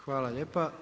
Hvala lijepa.